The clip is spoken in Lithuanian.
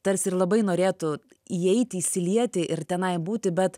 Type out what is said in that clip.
tarsi ir labai norėtų įeiti įsilieti ir tenai būti bet